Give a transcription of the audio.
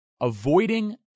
Avoiding